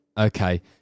Okay